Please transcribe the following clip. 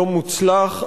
יום מוצלח,